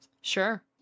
Sure